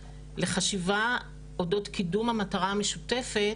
לחשיבה אודות קידום המטרה המשותפת,